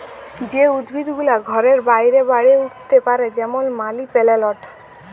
যে উদ্ভিদ গুলা ঘরের ভিতরে বাড়ে উঠ্তে পারে যেমল মালি পেলেলট